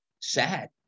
sad